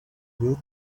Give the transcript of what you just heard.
will